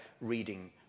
reading